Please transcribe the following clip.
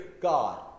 God